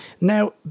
Now